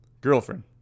girlfriend